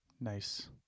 nice